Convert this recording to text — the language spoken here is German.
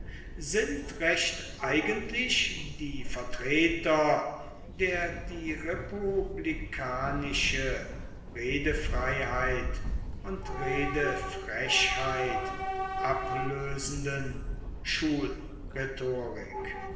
sind recht eigentlich die vertreter der die republikanische redefreiheit und redefrechheit ablösenden